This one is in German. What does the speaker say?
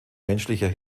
menschlicher